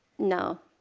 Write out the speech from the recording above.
no.